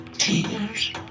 tears